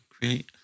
create